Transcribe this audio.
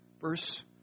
verse